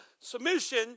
submission